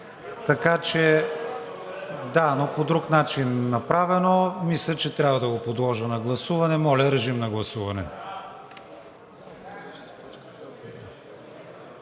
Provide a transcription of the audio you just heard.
Да, но по друг начин направено. Мисля, че трябва да го подложа на гласуване. Моля, режим на гласуване